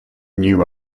new